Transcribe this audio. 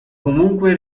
comunque